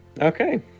okay